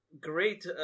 great